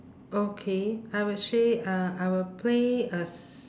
okay I would say uh I would play a s~